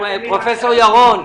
פרופסור ירון,